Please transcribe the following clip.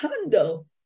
handle